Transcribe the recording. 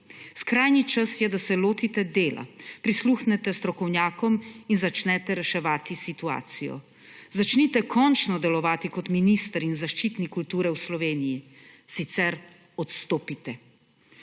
Skrajni čas je, da se lotite dela, prisluhnete strokovnjakom in začnete reševati situacijo. Začnite končno delovati kot minister in zaščitnik kulture v Slovenije, sicer odstopite.«